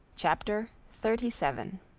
chapter thirty seven